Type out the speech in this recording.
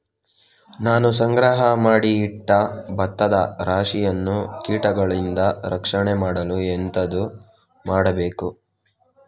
ನಾನು ಸಂಗ್ರಹ ಮಾಡಿ ಇಟ್ಟ ಭತ್ತದ ರಾಶಿಯನ್ನು ಕೀಟಗಳಿಂದ ರಕ್ಷಣೆ ಮಾಡಲು ಎಂತದು ಮಾಡಬೇಕು?